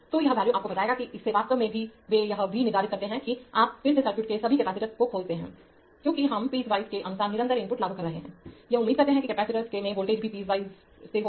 तो यह वैल्यू आपको बताएगा कि इससे वास्तव में वे यह भी निर्धारित करते हैं कि आप फिर से सर्किट के सभी कैपेसिटर को खोलते हैं क्योंकि हम पीस वाइज के अनुसार निरंतर इनपुट लागू कर रहे हैं हम उम्मीद करते हैं कि कैपेसिटर्स में वोल्टेज भी पीस वाइज वार स्थिर होगा